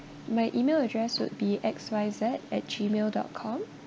my email address would be X Y Z at gmail dot com